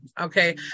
okay